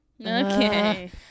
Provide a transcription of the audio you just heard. okay